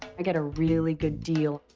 i got a really good deal.